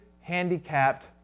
handicapped